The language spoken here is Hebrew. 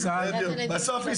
איפה?